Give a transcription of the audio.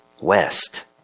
west